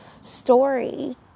story